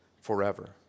forever